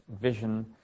vision